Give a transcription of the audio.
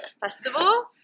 festival